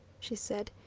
she said.